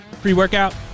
pre-workout